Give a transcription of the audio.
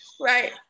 Right